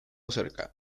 cerca